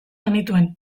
genituen